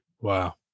Wow